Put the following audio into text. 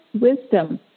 wisdom